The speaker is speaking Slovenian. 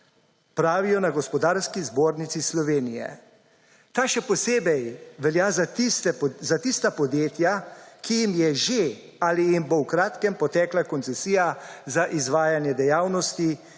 pravijo na Gospodarski zbornici Slovenije. Ta še posebej velja za tista podjetja, ki jim je že ali jim bo v kratkem potekla koncesija za izvajanje dejavnosti,